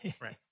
Right